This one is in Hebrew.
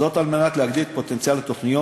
זאת על מנת להגדיל את פוטנציאל התוכניות